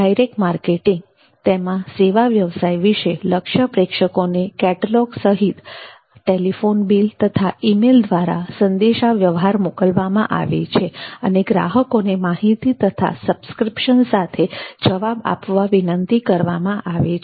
direct marketing તેમાં સેવા વ્યવસાય વિશે લક્ષ્ય પ્રેક્ષકોને કેટલોગ સહિત ટેલીફોન બીલ તથા ઈમેલ દ્વારા સંદેશા વ્યવહાર મોકલવામાં આવે છે અને ગ્રાહકોને માહિતી તથા સબ્સ્ક્રિપ્શન સાથે જવાબ આપવા વિનંતી કરવામાં આવે છે